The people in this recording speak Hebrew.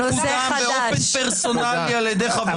פרסונלי ומקודם באופן פרסונלי על ידי חבר הכנסת ארבל.